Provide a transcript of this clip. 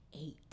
eight